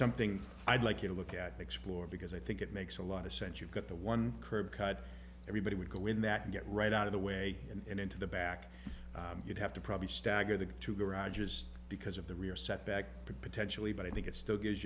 something i'd like you to look at explore because i think it makes a lot of sense you've got the one curb cut everybody would go in that get right out of the way and into the back you'd have to probably stagger the two garages because of the rear setback potentially but i think it still gives